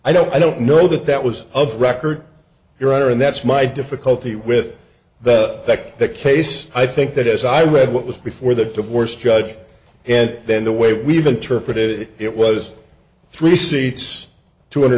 i don't i don't know that that was a record your honor and that's my difficulty with that the case i think that as i read what was before the worst judge and then the way we've interpreted it it was three seats two hundred